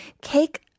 cake